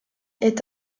est